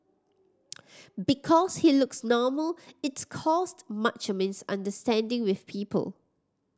because he looks normal it's caused much misunderstanding with people